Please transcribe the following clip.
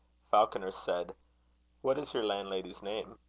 falconer said what is your landlady's name?